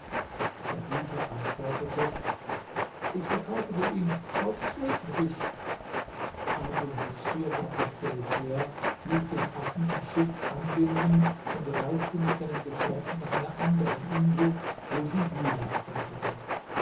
der hüter antwortete ich verkaufe dir ihn gott segne dich abu muzfir gab das geld her ließ den affen im schiff anbinden und reiste mit seinen gefährten nach einer anderen insel wo sie wieder ankerten